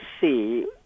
see